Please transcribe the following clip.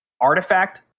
Artifact